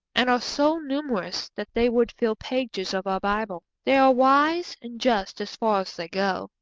and are so numerous that they would fill pages of our bible. they are wise and just as far as they go.